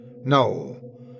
No